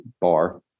bar